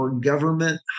Government